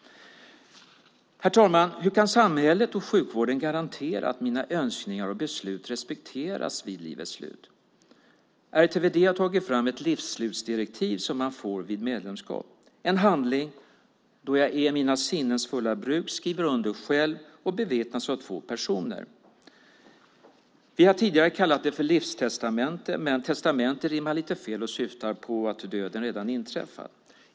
Herr talman! Hur kan samhället och sjukvården garantera att mina önskningar och beslut respekteras vid livets slut? RTVD har tagit fram ett livsslutsdirektiv som man får vid medlemskap. Det är en handling som jag vid mina sinnens fulla bruk skriver under själv och som bevittnas av två personer. Vi har tidigare kallat det för livstestamente, men testamente rimmar lite fel och syftar på att döden redan har inträffat.